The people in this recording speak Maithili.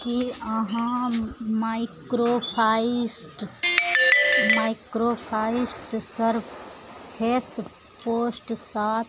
की अहाँ माइक्रोफाइस्ट माइक्रोफाइस्ट सरफेस पोस्ट सात